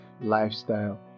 lifestyle